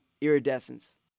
Iridescence